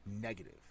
negative